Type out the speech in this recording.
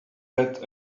had